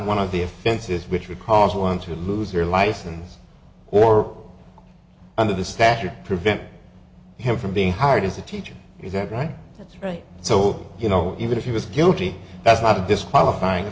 one of the offenses which would cause one to lose your license or under the statute prevent him from being hired as a teacher he said right that's right so you know even if he was guilty that's not a disqualifying